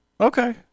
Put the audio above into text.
Okay